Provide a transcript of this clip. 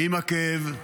עם הכאב,